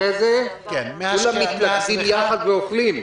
אחר כך מתכנסים ביחד ואוכלים,